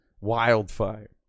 Wildfire